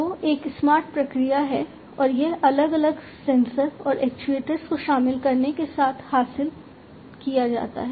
तो यह एक स्मार्ट प्रक्रिया है और यह अलग अलग सेंसर और एक्ट्यूएटर्स को शामिल करने के साथ हासिल किया जाता है